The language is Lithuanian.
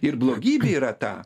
ir blogybė yra ta